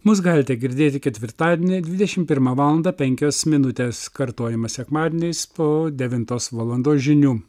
mus galite girdėti ketvirtadienį dvidešimt pirmą valandą penkios minutės kartojama sekmadieniais po devintos valandos žinių